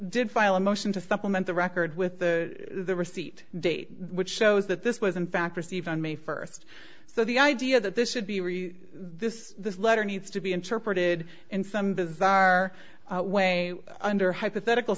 did file a motion to supplement the record with the receipt date which shows that this was in fact received on may first so the idea that this should be read this letter needs to be interpreted in some bizarre way under hypothetical